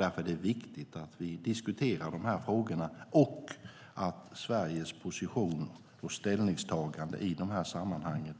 Därför är det viktigt att vi diskuterar de här frågorna och att Sveriges position och ställningstagande i de här sammanhangen